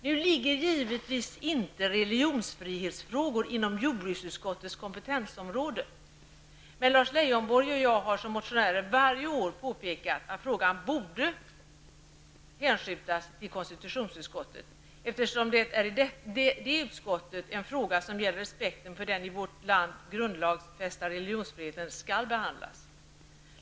Religionsfrihetsfrågor ligger givetvis inte inom jordbruksutskottets kompetensområde, men Lars Leijonborg och jag har som motionärer varje år påpekat att frågan borde hänskjutas till konstitutionsutskottet, eftersom det är i detta utskott en fråga som gäller respekten för den i vårt land grundlagsfästa religionsfriheten skall behandlas.